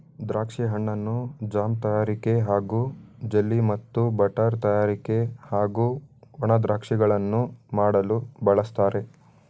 ದ್ರಾಕ್ಷಿ ಹಣ್ಣನ್ನು ಜಾಮ್ ತಯಾರಿಕೆ ಹಾಗೂ ಜೆಲ್ಲಿ ಮತ್ತು ಬಟರ್ ತಯಾರಿಕೆ ಹಾಗೂ ಒಣ ದ್ರಾಕ್ಷಿಗಳನ್ನು ಮಾಡಲು ಬಳಸ್ತಾರೆ